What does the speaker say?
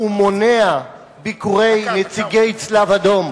ומונע ביקורי נציגי הצלב-האדום